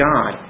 God